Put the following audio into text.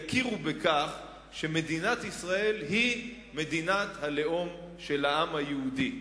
יכירו בכך שמדינת ישראל היא מדינת הלאום של העם היהודי.